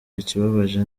ikibabaje